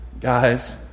guys